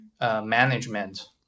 management